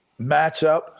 matchup